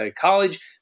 college